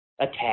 attack